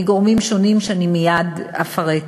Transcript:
מגורמים שונים, שאני מייד אפרט,